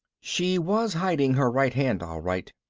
she was hiding her right hand, all right,